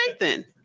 Nathan